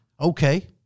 okay